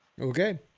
Okay